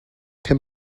can